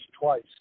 twice